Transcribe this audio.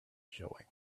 showing